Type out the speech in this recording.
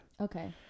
Okay